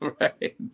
Right